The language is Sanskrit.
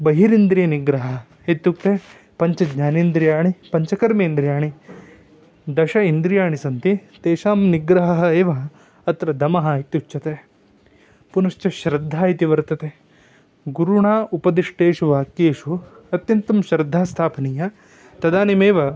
बहिरिन्द्रियनिग्रहः इत्युक्ते पञ्चज्ञानेन्द्रियाणि पञ्चकर्मेन्द्रियाणि दश इन्द्रियाणि सन्ति तेषां निग्रहः एव अत्र दमः इत्युच्यते पुनश्च श्रद्धा इति वर्तते गुरुणा उपदिष्टेषु वाक्येषु अत्यन्तं श्रद्धा स्थापनीया तदानीमेव